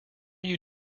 you